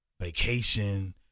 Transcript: vacation